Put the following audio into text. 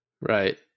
Right